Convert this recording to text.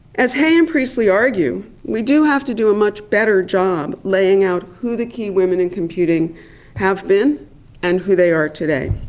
as haigh and priestley argue, we do have to do a much better job laying out who the key women in computing have been and who they are today.